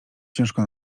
ciężko